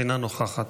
אינה נוכחת,